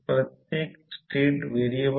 तर समीकरण असे असेल